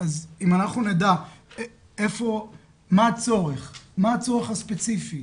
אם נדע מה הצורך הספציפי,